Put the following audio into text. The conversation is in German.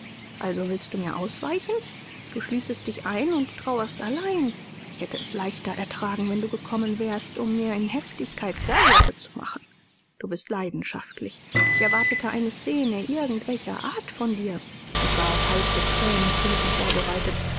also du willst mir ausweichen du schließest dich ein und trauerst allein ich hätte es leichter ertragen wenn du gekommen wärst um mir in heftigkeit vorwürfe zu machen du bist leidenschaftlich ich erwartete eine scene irgend welcher art von dir ich war auf heiße thränenfluten vorbereitet